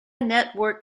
network